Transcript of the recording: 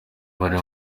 bari